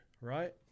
Right